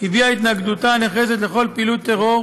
הביעה התנגדות נחרצת לכל פעילות טרור,